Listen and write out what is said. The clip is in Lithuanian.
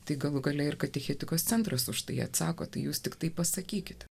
tai galų gale ir katechetikos centras už tai atsakote jūs tiktai pasakykit